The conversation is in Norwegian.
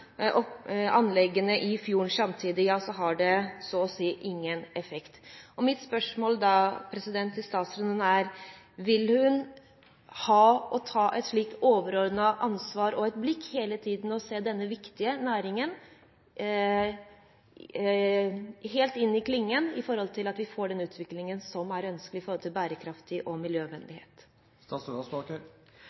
anleggene i fjorden samtidig, har det så å si ingen effekt. Mitt spørsmål til statsråden er da: Vil hun ta et slikt overordnet ansvar – og blikk – hele tiden og gå denne viktige næringen tett inn på klingen, slik at vi får den utviklingen som er ønskelig med tanke på bærekraft og miljøvennlighet?